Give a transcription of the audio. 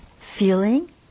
feeling